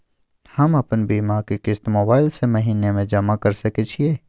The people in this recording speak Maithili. हम अपन बीमा के किस्त मोबाईल से महीने में जमा कर सके छिए?